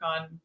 on